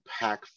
impactful